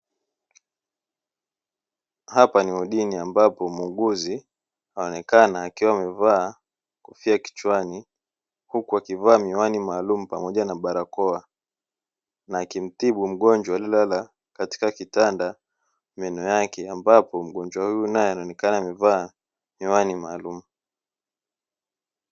Hapa ni wodini, ambapo muuguzi anaonekana akiwa amevaa kofia kichwani, huku akivaa miwani maalumu, pamoja na barakoa na akimtibu mgonjwa aliyelala katika kitanda meno yake, ambapo mgonjwa huyu naye anaonekana amevaa miwani maalumu.